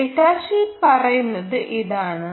data sheet പറയുന്നത് ഇതാണ്